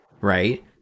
right